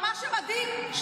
ומה שמדהים,